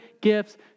gifts